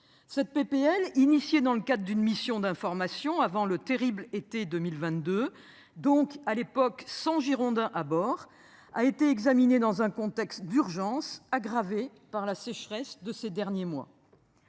cette PPL initié dans le cadre d'une mission d'information avant le terrible été 2022 donc à l'époque sans-Girondins à bord a été examiné dans un contexte d'urgence aggravée par la sécheresse de ces derniers mois.